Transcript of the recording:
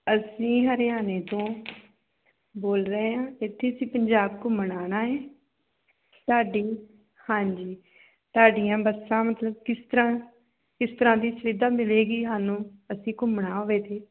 ਅਸੀਂ ਹਰਿਆਣੇ ਤੋਂ ਬੋਲ ਰਹੇ ਹਾਂ ਇੱਥੇ ਅਸੀਂ ਪੰਜਾਬ ਘੁੰਮਣਾ ਹੈ ਸਾਡੀ ਹਾਂਜੀ ਤੁਹਾਡੀਆਂ ਬੱਸਾਂ ਮਤਲਬ ਕਿਸ ਤਰ੍ਹਾਂ ਕਿਸ ਤਰ੍ਹਾਂ ਦੀ ਸੁਵਿਧਾ ਮਿਲੇਗੀ ਸਾਨੂੰ ਅਸੀਂ ਘੁੰਮਣਾ ਹੋਵੇ ਜੇ